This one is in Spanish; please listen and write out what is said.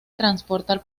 transportar